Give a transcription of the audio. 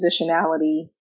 positionality